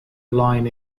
lion